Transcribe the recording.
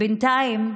בינתיים,